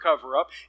cover-up